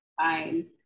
fine